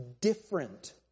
different